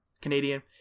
Canadian